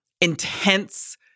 intense